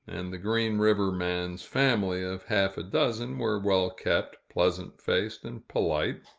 and the green river man's family of half-a-dozen were well-kept, pleasant-faced, and polite.